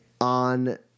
on